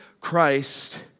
Christ